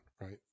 right